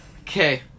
Okay